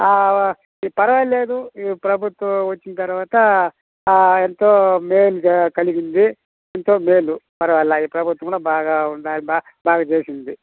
పర్వాలేదు ఈ ప్రభుత్వం వచ్చిన తర్వాత ఎంతో మేలు కలిగింది ఎంతో మేలు పర్వాలేదు ఈ ప్రభుత్వం కూడా బాగా ఉంది బా బాగా చేసింది